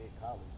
college